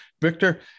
Victor